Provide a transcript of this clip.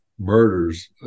murders